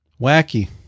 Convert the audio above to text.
Wacky